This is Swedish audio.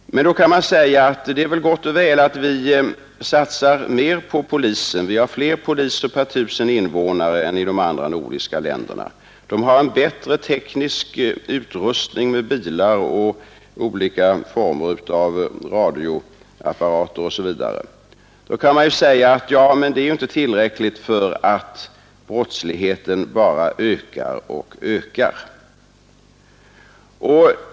Då kan det sägas att det är gott och väl att vi satsar mer på polisen och har fler poliser per 1 000 invånare än de andra nordiska länderna, att våra poliser har en bättre teknisk utrustning när det gäller bilar, olika former av radioapparater osv. men att det inte är tillräckligt eftersom brottsligheten bara ökar och ökar.